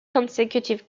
consecutive